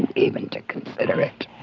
and even to consider it.